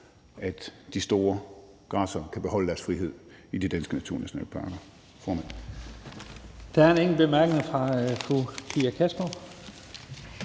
at de store græssere kan beholde deres frihed i de danske naturnationalparker.